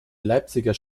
leipziger